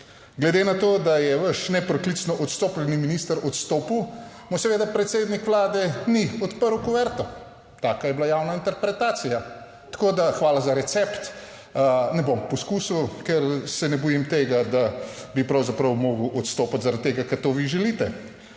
Glede na to, da je vaš nepreklicno odstopljeni minister odstopil, mu seveda predsednik Vlade ni odprl kuverto, taka je bila javna interpretacija, tako da hvala za recept. Ne bom poskusil, ker se ne bojim tega, da bi pravzaprav moral odstopiti zaradi tega, ker to vi želite.